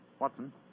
Watson